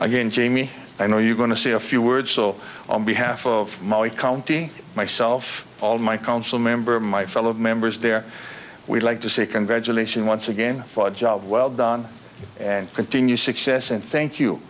again jamie i know you're going to say a few words so on behalf of my county myself all my council member my fellow members there we'd like to say congratulations once again for a job well done and continue success and thank you